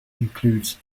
includes